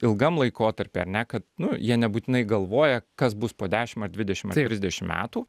ilgam laikotarpy ar ne kad nu jie nebūtinai galvoja kas bus po dešim ar dvidešim ar trisdešim metų